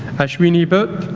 ashwini but